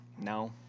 no